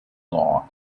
law